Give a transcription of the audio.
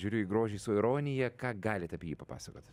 žiūriu į grožį su ironija ką galit apie jį papasakot